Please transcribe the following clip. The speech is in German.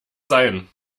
sein